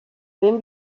ben